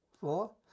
four